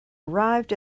arrived